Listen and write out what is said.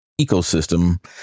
ecosystem